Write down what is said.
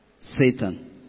Satan